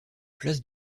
place